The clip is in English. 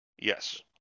Yes